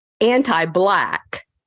anti-Black